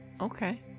Okay